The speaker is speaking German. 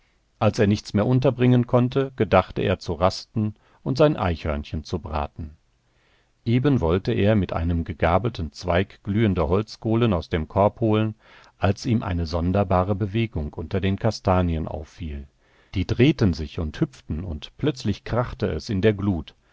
als er nichts mehr unterbringen konnte gedachte er zu rasten und sein eichhörnchen zu braten eben wollte er mit einem gegabelten zweig glühende holzkohlen aus dem korb holen als ihm eine sonderbare bewegung unter den kastanien auffiel die drehten sich und hüpften und plötzlich krachte es in der glut